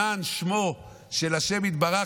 למען שמו של השם יתברך,